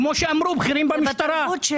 כפי שאמרו בכירים במשטרה,